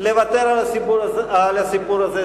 לוותר על הסיפור הזה.